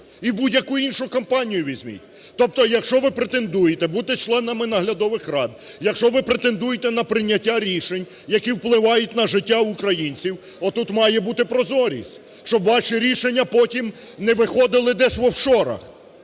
І будь-яку іншу компанію візьміть. Тобто, якщо ви претендуєте бути членами наглядових рад, якщо ви претендуєте на прийняття рішень, які впливають на життя українців, тут має бути прозорість. Щоб ваші рішення потім не виходили десь в офшорах.